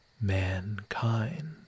mankind